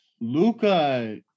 Luca